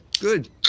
good